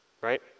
right